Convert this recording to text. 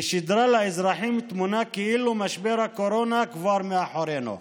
ושידרה לאזרחים תמונה כאילו משבר הקורונה כבר מאחורינו.